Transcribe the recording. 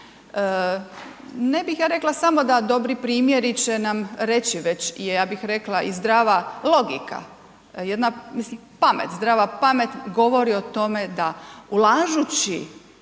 Ne bih ja rekla samo da dobri primjeri će nam reći već i ja bih rekla i zdrava logika, jedna mislim pamet, zdrava pamet govori o tome da ulažući,